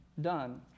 done